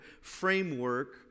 framework